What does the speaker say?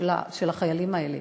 של החיילים האלה.